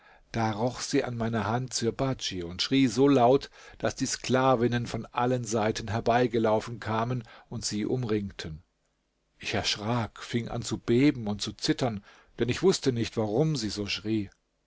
da roch sie an meiner hand sirbadj und schrie so laut daß die sklavinnen von allen seiten herbeigelaufen kamen und sie umringten ich erschrak fing an zu beben und zu zittern denn ich wußte nicht warum sie so schrie